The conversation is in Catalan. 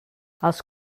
els